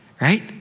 right